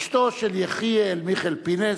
אשתו של יחיאל מיכל פינס,